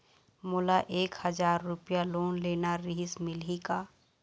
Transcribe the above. मोला एक हजार रुपया लोन लेना रीहिस, मिलही का?